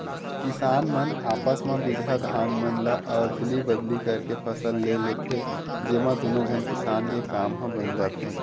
किसान मन आपस म बिजहा धान मन ल अदली बदली करके फसल ले लेथे, जेमा दुनो झन किसान के काम ह बन जाथे